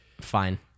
Fine